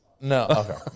No